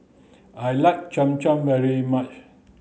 I like Cham Cham very much